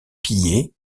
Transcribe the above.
pillé